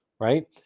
right